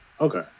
Okay